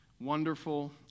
wonderful